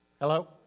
Hello